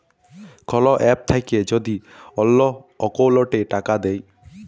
call app থাক্যে যদি অল্লো অকৌলটে টাকা দেয়